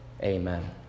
Amen